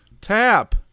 tap